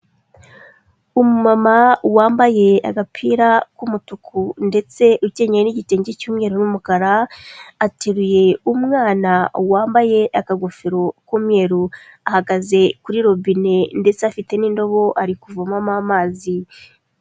Umumama wambaye agapira k'umutuku ndetse ukenyeye n'igitenge cy'umweru n'umukara, ateruye umwana wambaye akagofero k'umweru, ahagaze kuri robine ndetse afite n'indobo ari kuvomamo amazi.